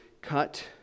cut